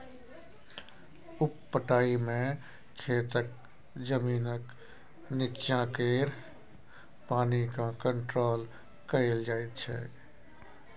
उप पटाइ मे खेतक जमीनक नीच्चाँ केर पानि केँ कंट्रोल कएल जाइत छै